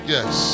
Yes